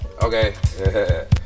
Okay